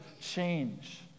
change